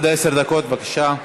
דב חנין, בבקשה,